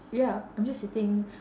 ya I'm just sitting